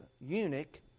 eunuch